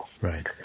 Right